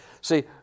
see